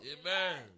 Amen